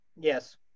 Yes